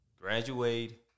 graduate